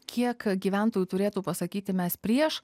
kiek gyventojų turėtų pasakyti mes prieš